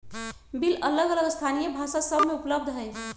bill अलग अलग स्थानीय भाषा सभ में उपलब्ध हइ